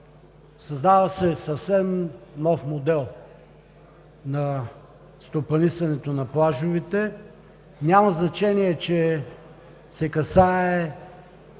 Създава се съвсем нов модел на стопанисването на плажовете. Няма значение, че се касае